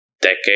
decade